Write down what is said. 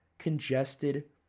congested